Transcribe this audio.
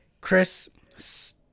Chris